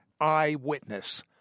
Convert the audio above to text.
Eyewitness